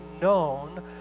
known